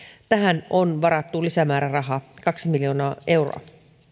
tähän on varattu lisämäärärahaa kaksi miljoonaa euroa